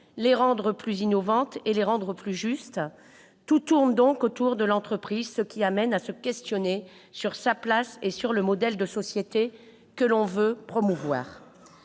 les rendre plus innovantes et les rendre plus justes. Tout tourne donc autour de l'entreprise, ce qui conduit à s'interroger quant à sa place, quant au modèle de société que l'on veut promouvoir.